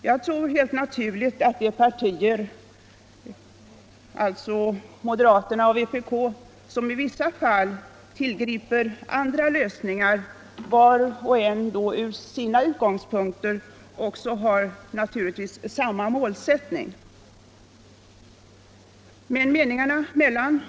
Jag tror naturligtvis att de partier, moderaterna och vpk, som vart och ett från sina utgångspunkter anvisar andra lösningar har samma målsättning som majoriteten.